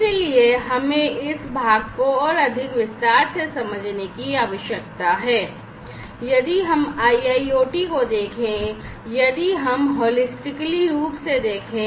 इसलिए हमें इस भाग को और अधिक विस्तार से समझने की आवश्यकता है यदि हम IIoT को देखें यदि हम समग्र रूप से देखें